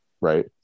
right